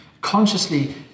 consciously